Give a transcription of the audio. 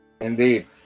indeed